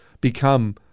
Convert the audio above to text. become